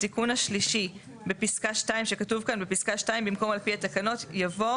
התיקון השלישי בפסקה (2) שכתוב כאן בפסקה (2) במקום על פי התקנות יבוא,